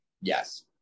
Yes